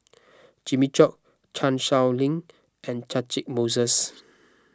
Jimmy Chok Chan Sow Lin and Catchick Moses